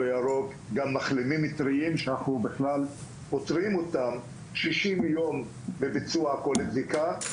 הירוק גם מחלימים טריים שאנחנו בכלל פוטרים אותם 60 יום בביצוע כל בדיקה.